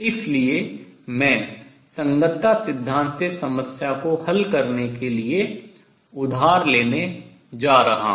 इसलिए मैं संगतता सिद्धांत से समस्या को हल करने के लिए उधार लेने जा रहा हूँ